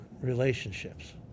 relationships